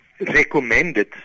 recommended